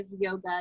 yoga